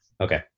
Okay